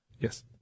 Yes